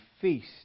feast